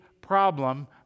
problem